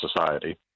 society